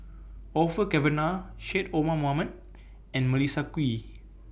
Orfeur Cavenagh Syed Omar Mohamed and Melissa Kwee